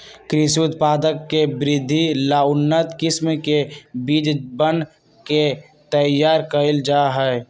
कृषि उत्पाद के वृद्धि ला उन्नत किस्म के बीजवन के तैयार कइल जाहई